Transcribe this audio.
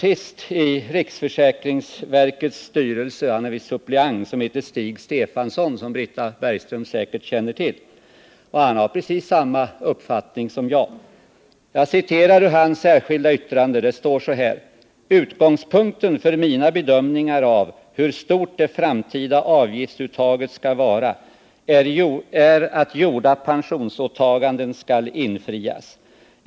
I riksförsäkringsverkets styrelse finns en folkpartistisk suppleant vid namn Stig Stefanson, som Britta Bergström säkerligen känner till, och han har precis samma uppfattning som jag. Jag citerar ur hans särskilda yttrande till styrelsens beslut i denna fråga: ”Utgångspunkten för mina bedömningar av hur stort det framtida avgiftsuttaget skall vara är att gjorda pensionsåtaganden skall infrias.